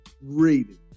reading